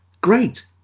great